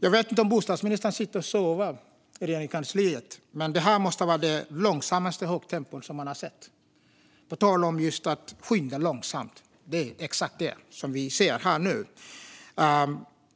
Jag vet inte om bostadsministern sitter och sover i Regeringskansliet, men detta måste vara det långsammaste höga tempo man har sett - på tal om att skynda långsamt. Det är exakt det vi nu ser.